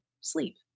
sleep